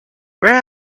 where